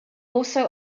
also